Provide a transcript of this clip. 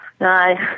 No